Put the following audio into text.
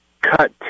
cut